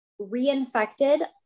reinfected